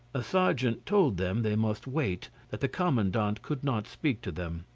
a sergeant told them they must wait, that the commandant could not speak to them,